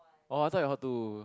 orh I thought you're hall two